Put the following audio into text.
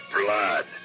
blood